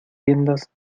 riendas